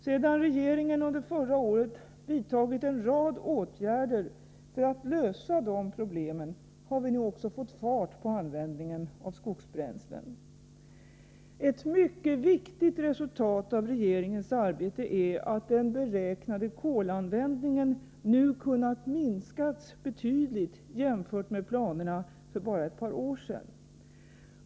Sedan regeringen under förra året vidtagit en rad åtgärder för att lösa dessa problem har vi nu också fått fart på användningen av skogsbränslen. Ett mycket viktigt resultat av regeringens arbete är att den beräknade kolanvändningen nu kunnat minskas betydligt jämfört med planerna för bara ett par år sedan.